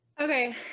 Okay